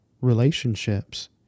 relationships